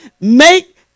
Make